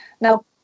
Now